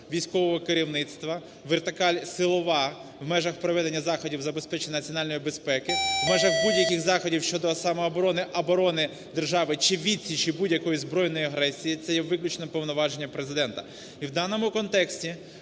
військового керівництва, вертикаль силова в межах проведення заходів забезпечення національної безпеки, в межах будь-яких заходів щодо самооборони, оборони держави чи відсічі будь-якої збройної агресії це є виключно повноваження Президента. І в даному контексті,